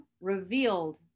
revealed